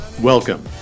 Welcome